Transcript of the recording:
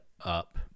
up